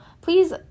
please